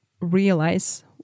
realize